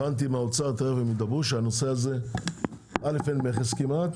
הבנתי מהאוצר שאין מכס כמעט,